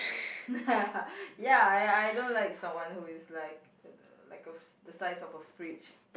ya I I don't like someone who is like like a the size of a fridge